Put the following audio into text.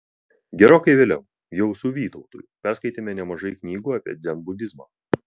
gerokai vėliau jau su vytautu perskaitėme nemažai knygų apie dzenbudizmą